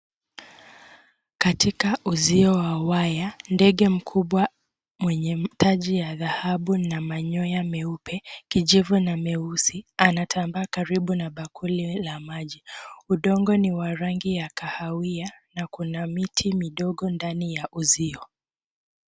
Katika uzio wa waya, ndege mkubwa mwenye mtaji ya dhahabu na manyoya meupe, kijivu na meusi anatambaa karibu na bakuli la maji. Udongo ni wa rangi ya kahawia na kuna miti midogo ndani ya uzio.